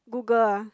Google ah